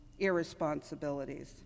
irresponsibilities